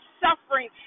suffering